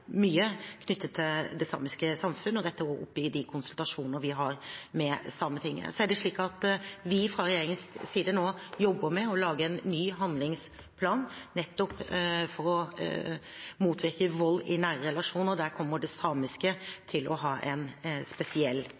mye knyttet til det samiske samfunn, og det tar vi opp i de konsultasjonene vi har med Sametinget. Fra regjeringens side jobber vi nå med å lage en ny handlingsplan nettopp for å motvirke vold i nære relasjoner. Vi kommer til å følge opp det samiske på en spesiell